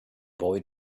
boy